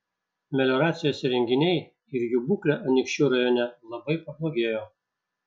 melioracijos įrenginiai ir jų būklė anykščių rajone labai pablogėjo